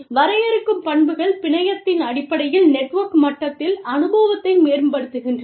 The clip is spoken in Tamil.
வரையறுக்கும் பண்புகள் பிணையத்தின் அடிப்படையில் நெட்வொர்க் மட்டத்தில் அனுபவத்தை மேம்படுத்துகின்றன